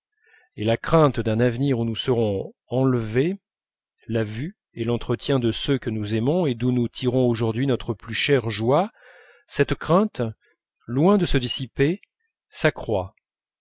et la crainte d'un avenir où nous serons enlevés la vue et l'entretien de ceux que nous aimons et d'où nous tirons aujourd'hui notre plus chère joie cette crainte loin de se dissiper s'accroît